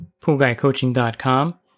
poolguycoaching.com